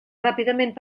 ràpidament